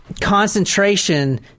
concentration